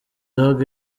dogg